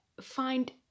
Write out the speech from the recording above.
find